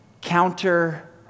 counter